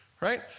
right